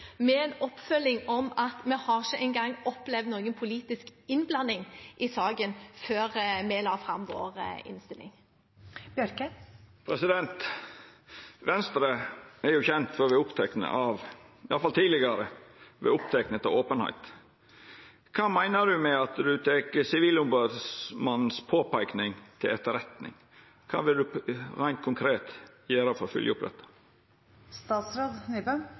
med en oppfølging: Vi har ikke engang opplevd noen politisk innblanding i saken før vi la fram vår innstilling. Venstre er jo kjent for – iallfall tidlegare – å vera oppteke av openheit. Kva meiner statsråden med at statsråden tek Sivilombodsmannen si påpeiking til etterretning? Kva vil statsråden reint konkret gjera for å